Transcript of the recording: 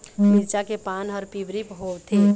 मिरचा के पान हर पिवरी होवथे?